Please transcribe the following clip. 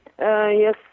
Yes